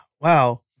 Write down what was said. Wow